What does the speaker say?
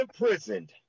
imprisoned